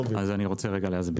אני לא מבין.